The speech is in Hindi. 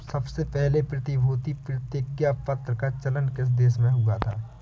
सबसे पहले प्रतिभूति प्रतिज्ञापत्र का चलन किस देश में हुआ था?